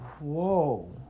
Whoa